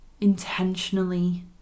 intentionally